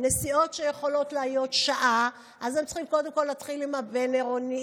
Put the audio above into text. בנסיעות שיכולות להיות שעה הם צריכים קודם כול לנסוע עם העירוני,